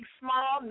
small